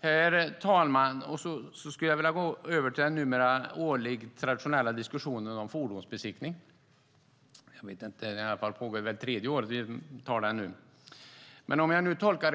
Herr talman! Jag går över till den numera årliga traditionella diskussionen om fordonsbesiktning. Det är väl tredje året vi talar om den frågan.